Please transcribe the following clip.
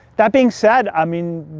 that being said, i mean,